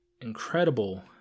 incredible